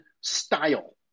style